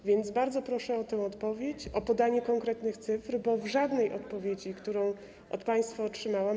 A więc bardzo proszę o tę odpowiedź, o podanie konkretnych cyfr, bo w żadnej odpowiedzi, którą od państwa otrzymałam.